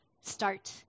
start